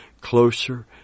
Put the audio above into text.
closer